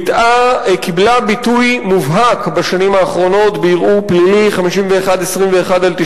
קיבלה ביטוי מובהק בשנים האחרונות בערעור פלילי 5121/98,